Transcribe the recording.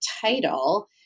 title